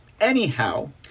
Anyhow